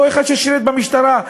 או אחד ששירת במשטרה,